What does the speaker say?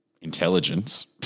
intelligence